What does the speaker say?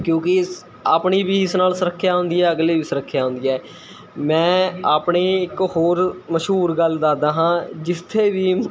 ਕਿਉਂਕਿ ਇਸ ਆਪਣੀ ਵੀ ਇਸ ਨਾਲ਼ ਸੁਰੱਖਿਆ ਹੁੰਦੀ ਹੈ ਅਗਲੇ ਵੀ ਸੁਰੱਖਿਆ ਹੁੰਦੀ ਹੈ ਮੈਂ ਆਪਣੀ ਇੱਕ ਹੋਰ ਮਸ਼ਹੂਰ ਗੱਲ ਦੱਸਦਾ ਹਾਂ ਜਿੱਥੇ ਵੀ